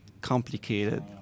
complicated